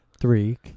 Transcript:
three